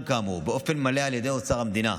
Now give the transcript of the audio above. כאמור באופן מלא על ידי אוצר המדינה.